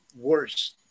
worse